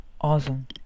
awesome